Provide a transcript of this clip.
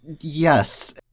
yes